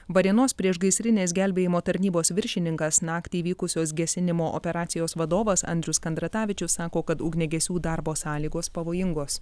varėnos priešgaisrinės gelbėjimo tarnybos viršininkas naktį įvykusios gesinimo operacijos vadovas andrius kandratavičius sako kad ugniagesių darbo sąlygos pavojingos